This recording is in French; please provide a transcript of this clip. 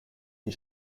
des